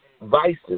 vices